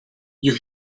you